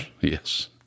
Yes